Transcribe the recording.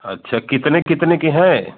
अच्छा कितने कितने की हैं